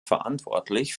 verantwortlich